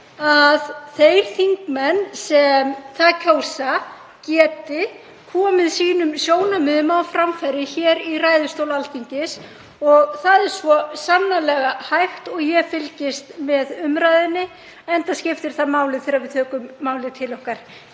að þeir þingmenn sem það kjósa geti komið sjónarmiðum sínum á framfæri í ræðustóli Alþingis. Það er svo sannarlega hægt og ég fylgist með umræðunni enda skiptir það máli þegar við tökum málið til okkar